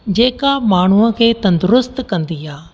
जेका माण्हूअ खे तंदुरुस्त कंदी आहे